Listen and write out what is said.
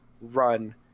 run